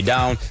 Down